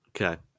Okay